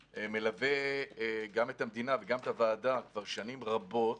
מלווה גם את המדינה וגם את הוועדה כבר שנים רבות.